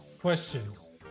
questions